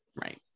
Right